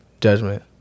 judgment